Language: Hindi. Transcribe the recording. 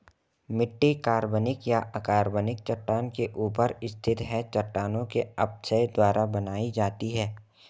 मिट्टी कार्बनिक या अकार्बनिक चट्टान के ऊपर स्थित है चट्टानों के अपक्षय द्वारा बनाई जाती है